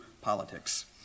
politics